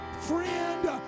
friend